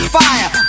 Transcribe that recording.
fire